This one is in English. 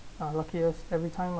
uh luckiest every time I